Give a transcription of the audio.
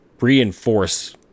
reinforce